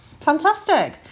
Fantastic